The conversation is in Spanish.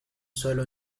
suelo